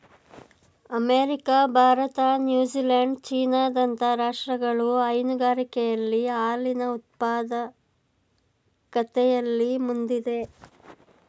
America, Bharat, New Zealand, China ದಂತ ರಾಷ್ಟ್ರಗಳು ಹೈನುಗಾರಿಕೆಯಲ್ಲಿ ಹಾಲಿನ ಉತ್ಪಾದಕತೆಯಲ್ಲಿ ಮುಂದಿದೆ